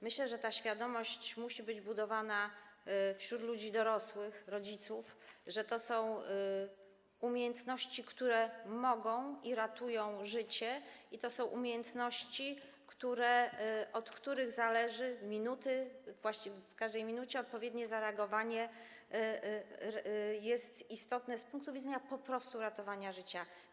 Myślę, że ta świadomość musi być budowana wśród ludzi dorosłych, rodziców - że to są umiejętności, które mogą ratować i ratują życie, i to są umiejętności, od których zależą minuty, w każdej minucie odpowiednie zareagowanie jest istotne z punktu widzenia po prostu ratowania życia.